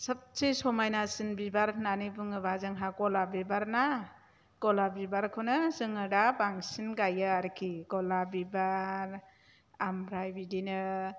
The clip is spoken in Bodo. सबसे समायनासिन बिबार होननानै बुङोब्ला जोंहा गलाफ बिबारना गलाफ बिबारखौनो जोङो दा बांसिन गायो आरोखि गलाफ बिबार आमफ्राय बिदिनो